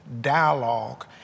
dialogue